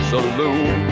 Saloon